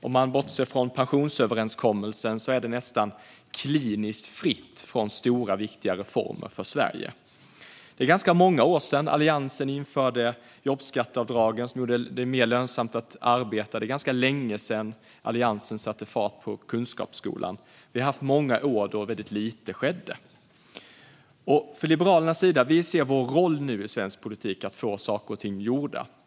Om man bortser från pensionsöverenskommelsen är det nästan kliniskt fritt från stora, viktiga reformer för Sverige. Det är ganska många år sedan Alliansen införde jobbskatteavdragen, som gjorde det mer lönsamt att arbeta. Det är ganska länge sedan Alliansen satte fart på kunskapsskolan. Vi har haft många år då väldigt lite skedde. För Liberalernas del ser vi nu som vår roll i svensk politik att få saker och ting gjorda.